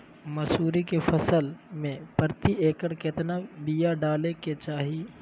मसूरी के फसल में प्रति एकड़ केतना बिया डाले के चाही?